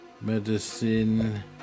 Medicine